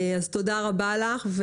תודה רבה לך.